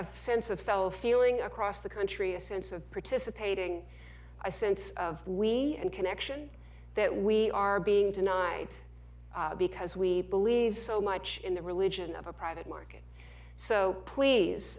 a sense of fellow feeling across the country a sense of participating i sense of we and connection that we are being denied because we believe so much in the religion of a private market so please